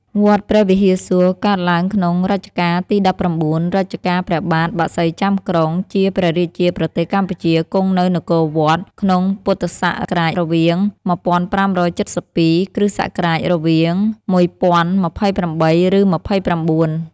វត្តព្រះវិហារសួរ កើតឡើងក្នុង រជ្ជកាលទី១៩ រជ្ជកាលព្រះបាទបក្សីចាំក្រុង ជាព្រះរាជាប្រទេសកម្ពុជា គង់នៅនគរវត្ត ក្នុងព.សរវាង១៥៧២ គ.សរវាង១០២៨ ឬ២៩។